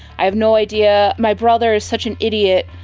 i have no idea, my brother is such an idiot,